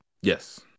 Yes